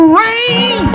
rain